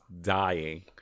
dying